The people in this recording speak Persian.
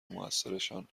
موثرشان